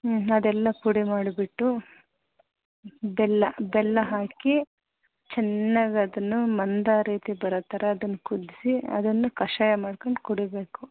ಹ್ಮ್ ಅದೆಲ್ಲ ಪುಡಿ ಮಾಡಿಬಿಟ್ಟು ಬೆಲ್ಲ ಬೆಲ್ಲ ಹಾಕಿ ಚೆನ್ನಾಗದನ್ನು ಮಂದ ರೀತಿ ಬರೋ ಥರ ಅದನ್ನು ಕುದಿಸಿ ಅದನ್ನು ಕಷಾಯ ಮಾಡ್ಕಂಡು ಕುಡಿಬೇಕು